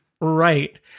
Right